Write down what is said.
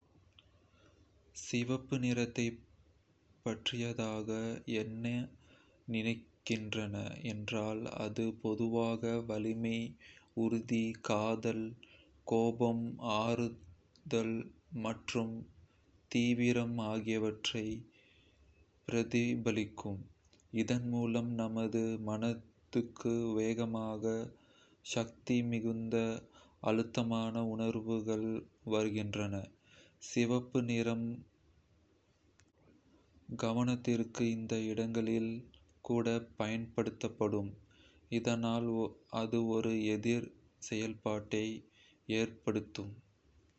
சிகப்பு நிறத்தைப் பற்றியதாக என்ன நினைக்கின்றேன் என்றால், அது பொதுவாக வலிமை, உறுதி, காதல், கோபம், ஆற்றல், மற்றும் தீவிரம் ஆகியவற்றை பிரதிபலிக்கும். இதன் மூலம் நமது மனதுக்கு வேகமான, சக்தி மிகுந்த, அழுத்தமான உணர்வுகள் வருகின்றன. சிகப்பு நிறம் பெரும்பாலும் காதல், தீவிரம் மற்றும் உற்சாகம் போன்ற உணர்வுகளுடன் தொடர்புடையதாக உள்ளது. அதனைத் தவிர, அது எச்சரிக்கை அல்லது கவனத்துக்கு வந்த இடங்களில் கூட பயன்படும், இதனால் அது ஒரு எதிர் செயல்பாட்டை ஏற்படுத்தும்.